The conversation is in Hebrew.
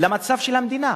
המצב של המדינה,